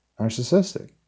narcissistic